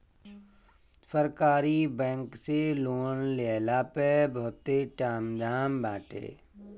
सरकारी बैंक से लोन लेहला पअ बहुते ताम झाम बाटे